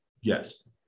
yes